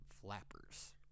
flappers